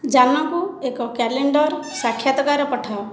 ଯାନକୁ ଏକ କ୍ୟାଲେଣ୍ଡର୍ ସାକ୍ଷାତକାର ପଠାଅ